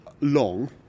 long